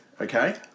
okay